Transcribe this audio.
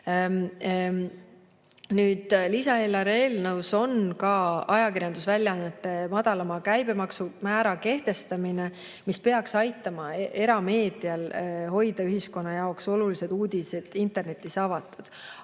Lisaeelarve eelnõus on ette nähtud ajakirjandusväljaannetele madalama käibemaksumäära kehtestamine, mis peaks aitama erameedial hoida ühiskonna jaoks olulised uudised internetis avatuna.